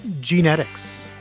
genetics